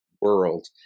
world